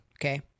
Okay